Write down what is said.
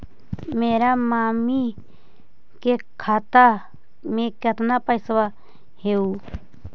मेरा मामी के खाता में कितना पैसा हेउ?